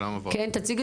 כן, אני.